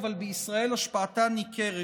אבל בישראל השפעתה ניכרת.